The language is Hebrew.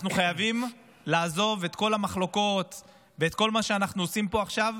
אנחנו חייבים לעזוב את כל המחלוקות ואת כל מה שאנחנו עושים פה עכשיו